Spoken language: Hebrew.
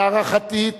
להערכתי,